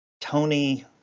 Tony